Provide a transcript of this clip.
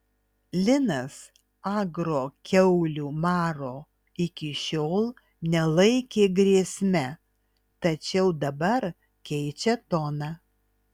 linas agro kiaulių maro iki šiol nelaikė grėsme tačiau dabar keičia toną